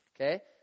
Okay